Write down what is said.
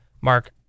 Mark